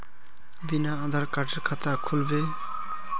बिना आधार कार्डेर खाता खुल बे?